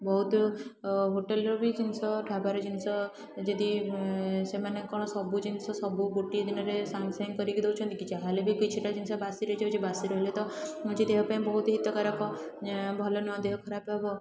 ବହୁତ ହୋଟେଲ୍ର ବି ଜିନିଷ ଢାବାର ଜିନିଷ ଯଦି ସେମାନେ କ'ଣ ସବୁ ଜିନିଷ ସବୁ ଗୋଟିଏ ଦିନରେ ସାଙ୍ଗେ ସାଙ୍ଗେ କରିକି ଦେଉଛନ୍ତି କି ଯାହା ହେଲେ ବି କିଛିଟା ଜିନିଷ ବାସି ରହିଯାଉଛି ବାସି ରହିଲେ ତ ନିଜ ଦେହ ପାଇଁ ବହୁତ ହିତକାରକ ଭଲ ନୁହଁ ଦେହ ଖରାପ ହେବ